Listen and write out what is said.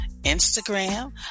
Instagram